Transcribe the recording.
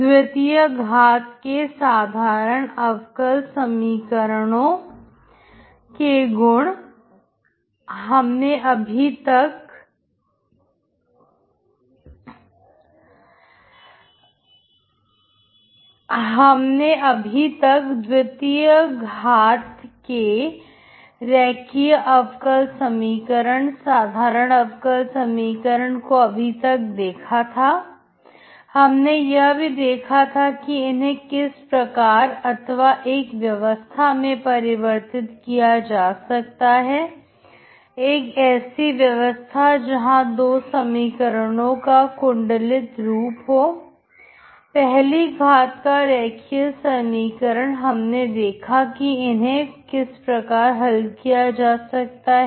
द्वितीय घात के साधारण समांगी अवकल समीकरणों के गुण हमने अभी तक विधियां घाट के रेखीय अवकल समीकरण साधारण अवकल समीकरण को अभी तक देखा था हमने यह भी देखा है कि इन्हें किस प्रकार अथवा एक व्यवस्था में परिवर्तित किया जा सकता है एक ऐसी व्यवस्था जहां दो समीकरणों का कुंडलीत रूप हो पहली घाट का रेखीय समीकरण हमने देखा कि इन्हें किस प्रकार हल किया जा सकता है